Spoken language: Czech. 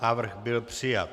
Návrh byl přijat.